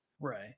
Right